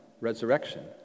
resurrection